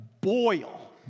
boil